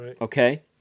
okay